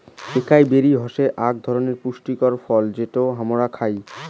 একাই বেরি হসে আক ধরণনের পুষ্টিকর ফল যেটো হামরা খাই